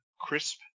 crisp